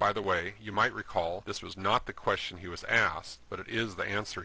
by the way you might recall this was not the question he was asked but it is the answer